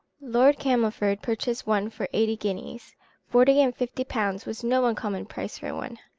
lord camelford purchased one for eighty guineas forty and fifty pounds was no uncommon price for one.